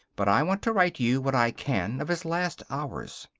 but i want to write you what i can of his last hours.